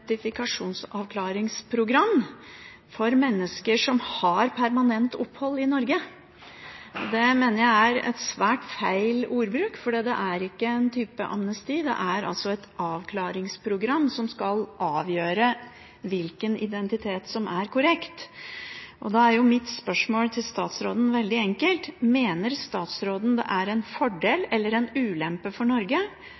identitetsavklaringsprogram for mennesker som har permanent opphold i Norge. Det mener jeg er en svært feil ordbruk, for det er ikke en type amnesti, det er et avklaringsprogram som skal avgjøre hvilken identitet som er korrekt. Da er mitt spørsmål til statsråden veldig enkelt: Mener statsråden at det er en fordel